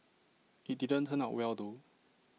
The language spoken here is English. IT didn't turn out well though